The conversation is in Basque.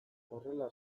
horrela